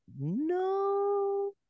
no